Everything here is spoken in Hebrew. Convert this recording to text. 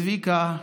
ולצביקה: